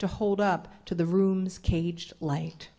to hold up to the room's cage light